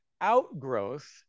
outgrowth